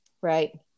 Right